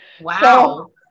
Wow